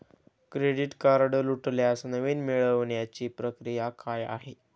Credit card तुटल्यास नवीन मिळवण्याची प्रक्रिया काय आहे?